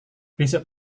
besok